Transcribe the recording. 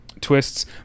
twists